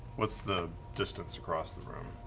what's the distance across the room?